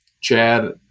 Chad